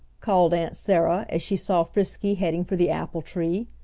called aunt sarah as she saw frisky heading for the apple tree.